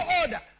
order